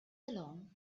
along